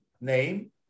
name